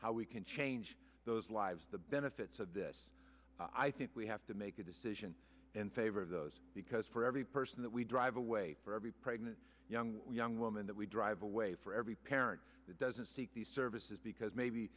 we can change those lives the benefits of this i think we have to make a decision in favor of those because for every person that we drive away for every pregnant young young woman that we drive away for every parent that doesn't seek these services because maybe